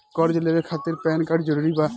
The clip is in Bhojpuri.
कर्जा लेवे खातिर पैन कार्ड जरूरी बा?